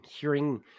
hearing